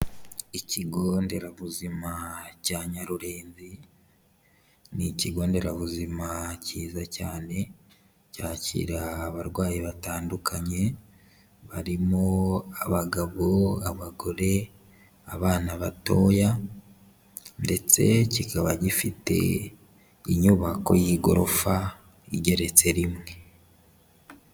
Ikigo nderabuzima cya Nyarurenzi, ni ikigo nderabuzima cyiza cyane cyakira abarwayi batandukanye barimo abagabo, abagore, abana batoya ndetse kikaba gifite inyubako y'igorofa igeretse rimwe.